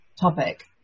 topic